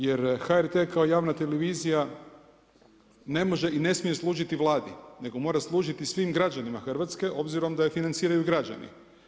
Jer HRT kao javna televizija ne može i ne smije služiti Vladi, nego mora služiti svim građanima Hrvatske, obzirom da ju financiraju građani.